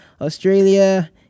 Australia